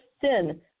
sin